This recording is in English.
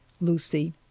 Lucy